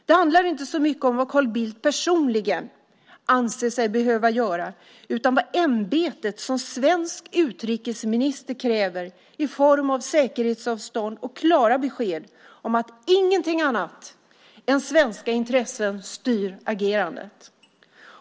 Det handlar inte så mycket om vad Carl Bildt personligen anser sig behöva göra utan vad ämbetet som svensk utrikesminister kräver i form av säkerhetsavstånd och klara besked om att inget annat än svenska intressen styr agerandet.